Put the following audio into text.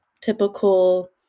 typical